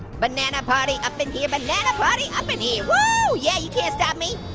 banana party up in here. banana party up in here, whoo. yeah, you can't stop me.